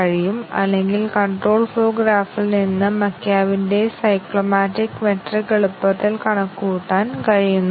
ശരി തെറ്റായ മൂല്യം എടുക്കുന്നതിനാൽ ഈ ആറ്റോമിക് അവസ്ഥ തീരുമാനത്തിന്റെ ഫലം ശരിയും തെറ്റും തമ്മിൽ ടോഗിൾ ചെയ്യുന്നു